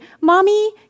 mommy